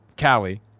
Callie